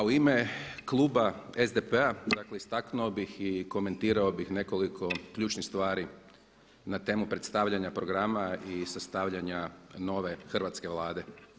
A u ime kluba SDP-a istaknuo bih i komentirao bih nekoliko ključnih stvari na temu predstavljanja programa i sastavljanja nove hrvatske Vlade.